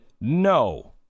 no